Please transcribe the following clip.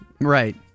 right